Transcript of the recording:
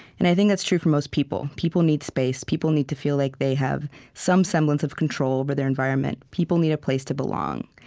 and i think that's true for most people. people need space. people need to feel like they have some semblance of control over their environment. people need a place to belong.